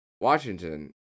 Washington